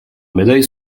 médailles